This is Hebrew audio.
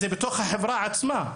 זה בתוך אותה החברה עצמה.